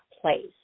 place